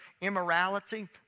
immorality